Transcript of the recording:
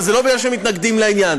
וזה לא בגלל שהם מתנגדים לעניין,